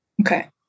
Okay